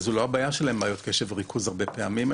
זו לא הבעיה שלהם, בעיות קשב וריכוז, הרבה פעמים.